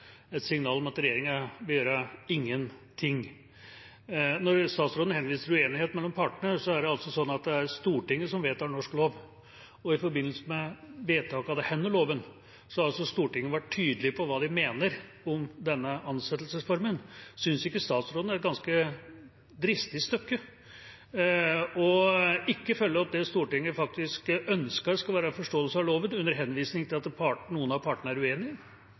et signal om at regjeringa vil gjøre ingenting. Statsråden henviser til uenighet mellom partene, men det er altså sånn at det er Stortinget som vedtar norsk lov. I forbindelse med vedtakelse av denne loven har Stortinget vært tydelig på hva de mener om denne ansettelsesformen. Synes ikke statsråden det er et ganske dristig stykke ikke å følge opp det Stortinget faktisk ønsker skal være forståelsen av loven, under henvisning til at noen av partene er uenige?